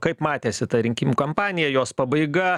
kaip matėsi tą rinkimų kampanija jos pabaiga